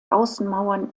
außenmauern